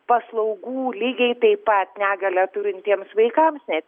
paslaugų lygiai taip pat negalią turintiems vaikams net